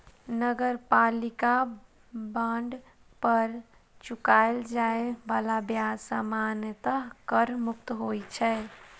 नगरपालिका बांड पर चुकाएल जाए बला ब्याज सामान्यतः कर मुक्त होइ छै